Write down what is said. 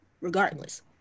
regardless